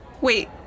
Wait